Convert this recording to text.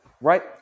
Right